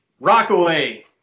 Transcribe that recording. Rockaway